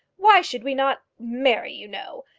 why should we not marry, you know?